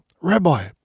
Rabbi